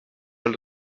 allo